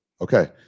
okay